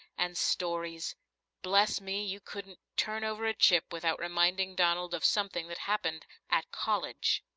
and stories bless me, you couldn't turn over a chip without reminding donald of something that happened at college.